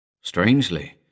Strangely